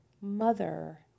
mother